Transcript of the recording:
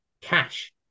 cash